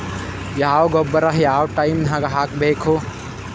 ಯಾವ ಗೊಬ್ಬರ ಯಾವ ಟೈಮ್ ನಾಗ ಹಾಕಬೇಕು?